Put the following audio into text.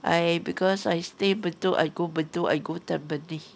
I because I stay bedok I go bedok I go tampines